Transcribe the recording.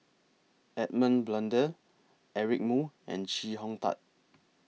Edmund Blundell Eric Moo and Chee Hong Tat